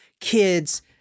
kids